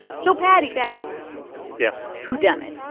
so, paddy, paddy yes? whodunit?